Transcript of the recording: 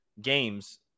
games